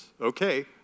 Okay